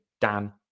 Dan